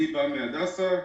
אני בא מבית החולים הדסה,